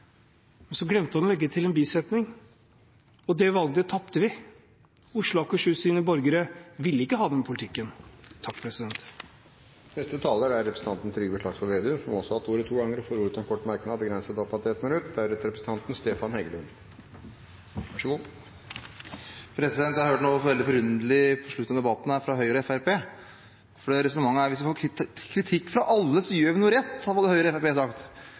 Men så glemte han å legge til en bisetning: Og det valget tapte vi. Oslo og Akershus’ borgere ville ikke ha den politikken. Representanten Trygve Slagsvold Vedum har hatt ordet to ganger tidligere og får ordet til en kort merknad, begrenset til 1 minutt. Jeg hørte noe veldig forunderlig på slutten av debatten her fra Høyre og Fremskrittspartiet. Resonnementet var at hvis vi får kritikk fra alle, gjør vi noe rett. Det har både Høyre og Fremskrittspartiet sagt.